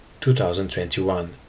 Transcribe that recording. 2021